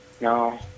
no